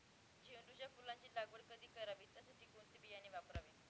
झेंडूच्या फुलांची लागवड कधी करावी? त्यासाठी कोणते बियाणे वापरावे?